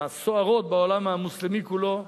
הסוערות בעולם המוסלמי כולו,